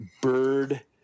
bird